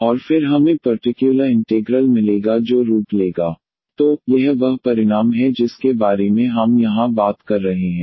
और फिर हमें पर्टिक्युलर इंटेग्रल मिलेगा जो रूप लेगा 1D24x 1D242x 2 181 xsin 2x तो यह वह परिणाम है जिसके बारे में हम यहां बात कर रहे हैं